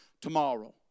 tomorrow